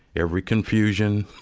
every confusion,